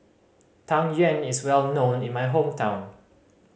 Tang Yuen is well known in my hometown